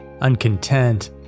Uncontent